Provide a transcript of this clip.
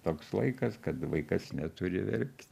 toks laikas kad vaikas neturi verkt